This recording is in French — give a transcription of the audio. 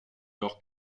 leur